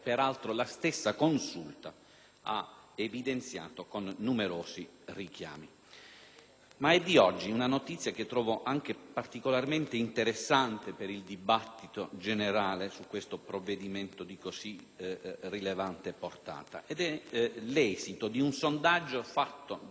ha evidenziato con numerosi richiami. Ma è di oggi una notizia che trovo particolarmente interessante per il dibattito generale su questo provvedimento di così rilevante portata. Ed è l'esito di un sondaggio fatto dalla Confcommercio-Format